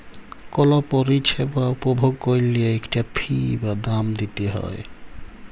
call পরিছেবা উপভগ ক্যইরলে ইকটা ফি বা দাম দিইতে হ্যয়